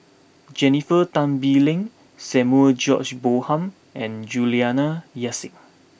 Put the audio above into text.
Jennifer Tan Bee Leng Samuel George Bonham and Juliana Yasin